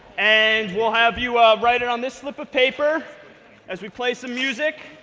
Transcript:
and we'll have you write it on this slip of paper as we play some music.